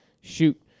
shoot